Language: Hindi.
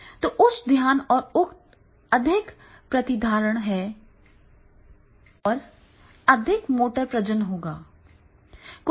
तो उच्च ध्यान है और अधिक प्रतिधारण है और अधिक मोटर प्रजनन होगा